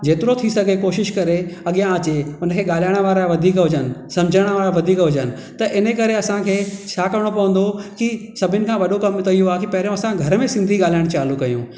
जेतिरो थी सघे कोशिशि करे अॻियां अचे हुनखे ॻाल्हाइण वारा वधीक हुजनि सम्झणु वारा वधीक हुजनि त इन जे करे असांखे छा करणो पवंदो की सभिनि खां वॾो कमु त इहो आहे की पहिरियूं असां घर में सिन्धी ॻाल्हाइण चालू कयूं